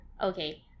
okay